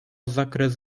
zakres